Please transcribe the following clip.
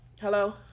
Hello